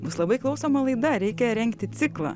bus labai klausoma laida reikia rengti ciklą